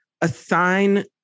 assign